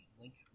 Link